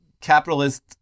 capitalist